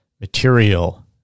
material